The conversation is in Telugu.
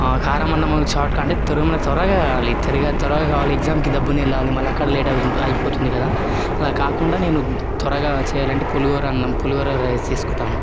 కారం అన్నం అంటే త్వరగా త్వరగా లేస్తేనే కదా త్వరగా కావాలి ఎగ్జామ్కి దబ్బున వెళ్లాలి మళ్లీ అక్కడ లేట్ అయిపోతుంది కదా అలా కాకుండా నేను త్వరగా చేయాలంటే పులిహోర అన్నం పులిహోర రైస్ చేసుకుంటాను